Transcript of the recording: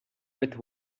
with